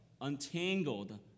untangled